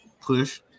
push